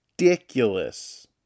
ridiculous